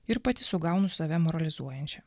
ir pati sugaunu save moralizuojančią